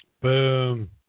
Boom